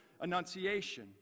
Annunciation